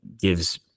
gives